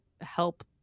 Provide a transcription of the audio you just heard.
help